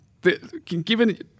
given